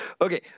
Okay